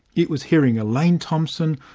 it was hearing elaine thompson,